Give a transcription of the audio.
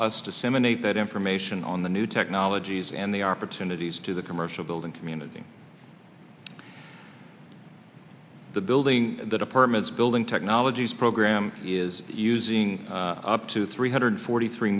us disseminate that information on the new technologies and the opportunities to the commercial building community the building the department's building technologies program is using up to three hundred forty three